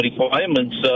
requirements